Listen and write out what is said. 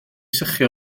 sychu